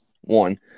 one